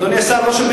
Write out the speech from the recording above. אדוני שר המדע לא שומע